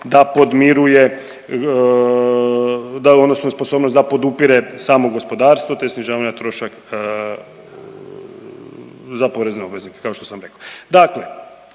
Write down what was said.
da podmiruje odnosno nesposobnost da podupire samo gospodarstvo, te snižavanje trošak za porezne obveznike kao što sam rekao. Dakle